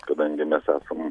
kadangi mes esam